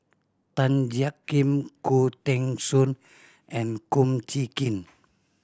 Tan Jiak Kim Khoo Teng Soon and Kum Chee Kin